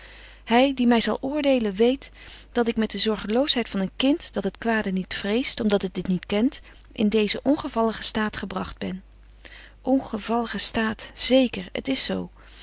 hy die my zal oordelen weet dat ik met de zorgeloosheid van een kind dat het kwade niet vreest om dat het dit niet kent in deezen ongevalligen staat gebragt ben ongevalligen staat zeker het is zo